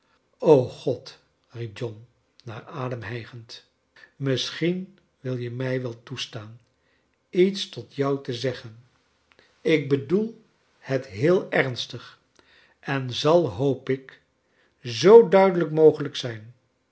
g-od riep john naar adem j hijgend i misschien wil je mij wel toestaan iets tot jou te zeggen ik bedoel het heel ernstig en zal hoop ik zoo duidelijk mogelijk zijn